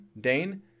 Dane